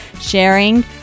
sharing